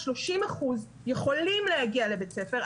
אז 30% יכולים להגיע לבית הספר,